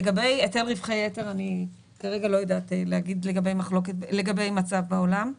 לגבי היטל רווחי יתר אני כרגע לא יודעת להגיד לגבי המצב בעולם.